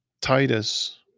Titus